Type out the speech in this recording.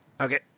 Okay